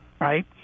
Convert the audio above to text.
right